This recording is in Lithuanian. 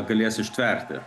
galės ištverti